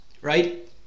right